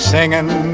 Singing